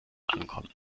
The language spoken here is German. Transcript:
ankommen